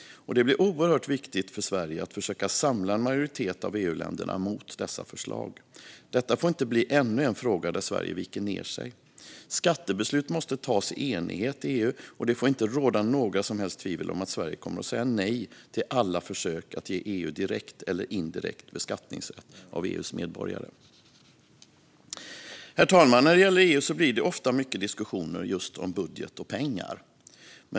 Det blir oerhört viktigt för Sverige att försöka samla en majoritet av EU-länderna mot dessa förslag. Detta får inte bli ännu en fråga där Sverige viker ned sig. Skattebeslut måste tas i enighet i EU, och det får inte råda några som helst tvivel om att Sverige kommer att säga nej till alla försök att ge EU direkt eller indirekt beskattningsrätt av EU:s medborgare. Herr talman! När det gäller EU blir det ofta mycket diskussioner om just budget och pengar.